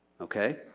Okay